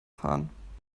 fahren